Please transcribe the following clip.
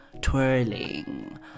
twirling